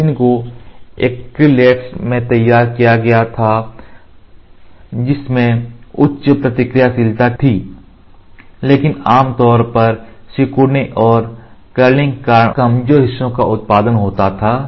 resin को acrylates से तैयार किया गया था जिसमें उच्च प्रतिक्रियाशीलता थी लेकिन आमतौर पर सिकुड़ने और कर्लिंग के कारण कमजोर हिस्सों का उत्पादन होता था